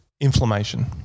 inflammation